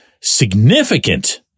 significant